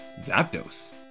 Zapdos